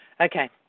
Okay